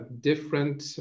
different